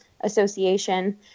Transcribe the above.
association